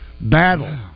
Battle